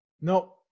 No